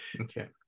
okay